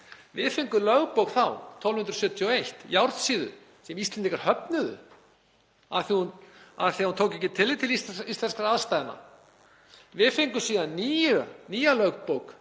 Við fengum lögbók 1271, Járnsíðu, sem Íslendingar höfnuðu af því að hún tók ekki tillit til íslenskra aðstæðna. Við fengum síðan nýja lögbók